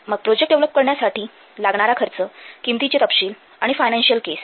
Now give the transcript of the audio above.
मग project develop करण्यासाठी लागणारा खर्च किंमतीचे तपशील आणि फायनान्शिअल केस